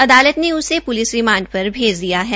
अदालत ने उसे प्लिस रिमांड पर भेज दिया है